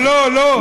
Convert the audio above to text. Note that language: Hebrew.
לא, לא, לא.